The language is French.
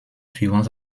suivant